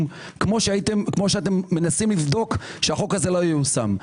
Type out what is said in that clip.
כפי שאתם מנסים לבדוק שהחוק הזה לא ייושם.